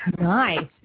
Nice